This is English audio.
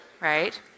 right